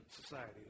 society